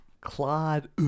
Claude